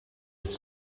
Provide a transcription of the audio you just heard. het